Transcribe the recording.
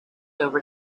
over